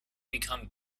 become